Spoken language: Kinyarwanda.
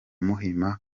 muhima